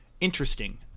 interesting